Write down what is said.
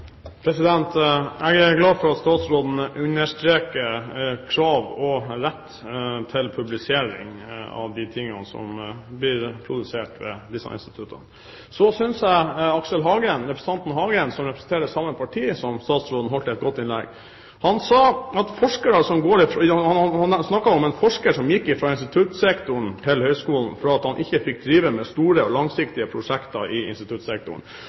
glad for at statsråden understreker krav og rett til publisering av de tingene som blir produsert ved disse instituttene. Jeg synes representanten Hagen, som representerer samme parti som statsråden, holdt et godt innlegg. Han snakket om en forsker som gikk fra instituttsektoren til høyskolen fordi han ikke fikk drive med store og langsiktige prosjekter i instituttsektoren. Han snakket om retten til å forske på det unyttige, og da regner jeg med at han refererer til prosjekter der det er lite betalingsvilje ute i